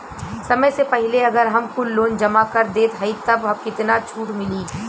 समय से पहिले अगर हम कुल लोन जमा कर देत हई तब कितना छूट मिली?